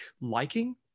liking